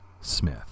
Smith